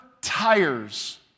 tires